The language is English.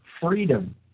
freedom